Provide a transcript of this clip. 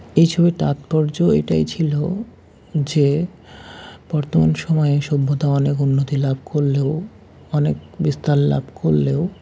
এই ছবির তাৎপর্য এটাই ছিলো যে বর্তমান সময়ে সভ্যতা অনেক উন্নতি লাভ করলেও অনেক বিস্তার লাভ করলেও